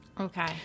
Okay